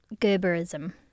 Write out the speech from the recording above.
Gerberism